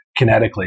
kinetically